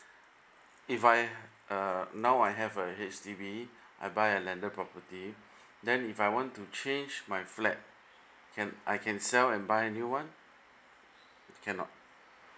if I uh now I have a H_D_B I buy a landed property then if I want to change my flat can I can sell and buy new one cannot